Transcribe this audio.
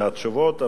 מהתשובות,